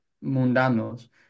mundanos